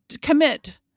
commit